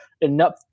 enough